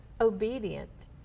obedient